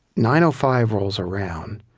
nine five rolls around,